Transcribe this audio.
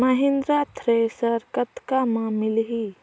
Mahindra thresher कतका म मिलही?